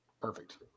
Perfect